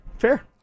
fair